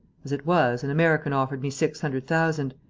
as it was, an american offered me six hundred thousand.